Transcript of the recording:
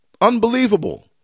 Unbelievable